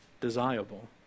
desirable